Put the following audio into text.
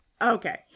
Okay